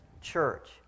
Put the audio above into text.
church